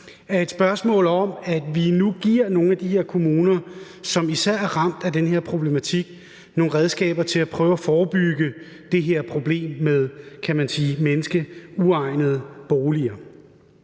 er et spørgsmål om, at vi nu giver nogle af de kommuner, som især er ramt af den her problematik, nogle redskaber til at prøve at forebygge det her problem med menneskeuegnede boliger.